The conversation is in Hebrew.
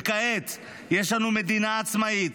וכעת יש לנו מדינה עצמאית,